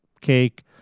cake